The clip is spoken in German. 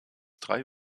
drei